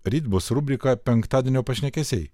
ryt bus rubrika penktadienio pašnekesiai